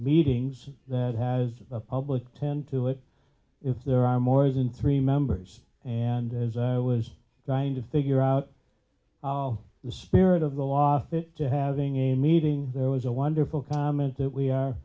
meetings that has a public ten to it if there are more than three members and as i was trying to figure out how the spirit of the law fit having a meeting there was a wonderful comment that we are